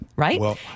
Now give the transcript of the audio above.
right